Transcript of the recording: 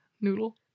Noodle